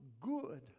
good